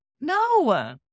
no